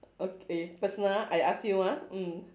okay personal ah I ask you ah mm